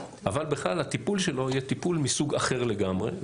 אבל בכלל הטיפול שלו יהיה טיפול מסוג אחר לגמרי,